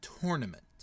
tournament